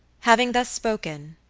having thus spoken,